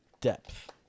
depth